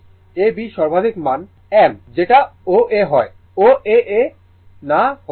এবং এই A B সর্বাধিক মান m যেটা O A O হয় O A A না হয়ে